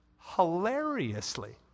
hilariously